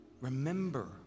remember